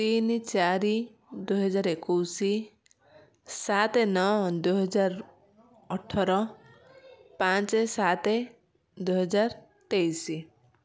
ତିନି ଚାରି ଦୁଇ ହଜାର ଏକୋଇଶି ସାତ ନଅ ଦୁଇ ହଜାର ଅଠର ପାଞ୍ଚେ ସାତ ଦୁଇ ହଜାର ତେଇଶି